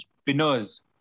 spinners